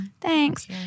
Thanks